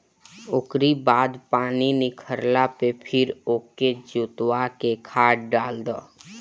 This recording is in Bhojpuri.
ओकरी बाद पानी निखरला पे फिर ओके जोतवा के खाद डाल दअ